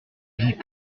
vis